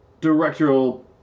directorial